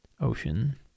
Ocean